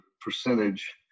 percentage